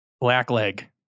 Blackleg